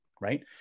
right